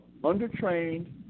undertrained